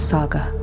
Saga